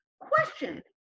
Question